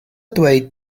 dweud